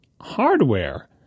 hardware